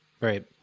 Right